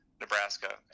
Nebraska